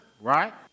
right